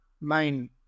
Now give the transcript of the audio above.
main